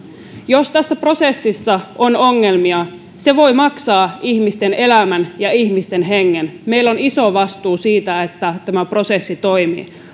jos tässä prosessissa on ongelmia se voi maksaa ihmisten elämän ja ihmisten hengen meillä on iso vastuu siitä että tämä prosessi toimii